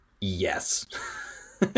Yes